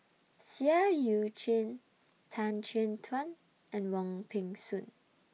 Seah EU Chin Tan Chin Tuan and Wong Peng Soon